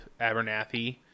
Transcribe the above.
Abernathy